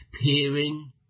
Peering